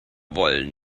wollen